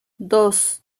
dos